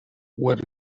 what